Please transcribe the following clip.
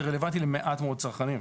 זה רלוונטי למעט מאוד צרכנים.